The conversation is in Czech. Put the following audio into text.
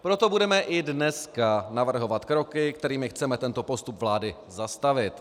Proto budeme i dneska navrhovat kroky, kterými chceme tento postup vlády zastavit.